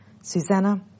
Susanna